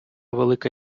велика